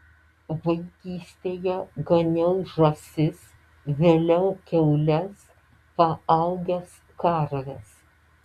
vaikystėje ganiau žąsis vėliau kiaules paaugęs karves